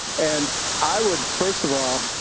and i would first of all,